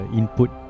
input